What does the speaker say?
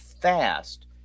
fast